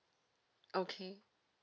okay